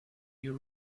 you